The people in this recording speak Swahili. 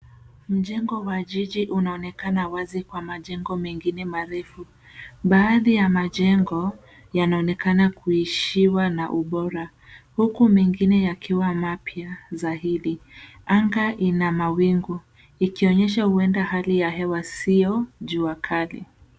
Mjengo wa jiji unaonekana wazi kwa majengo mengine marefu. Baadhi ya majengo yanaonekana kuishiwa na ubora huku mengine yakiwa mapya zaidi. Anga ina mawingu ikionyesha huenda hali ya hewa sio jua kali.